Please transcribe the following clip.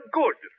good